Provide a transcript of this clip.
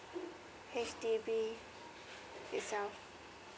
H_D_B itself